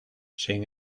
sin